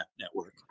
network